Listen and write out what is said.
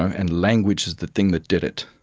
and language is the thing that did it.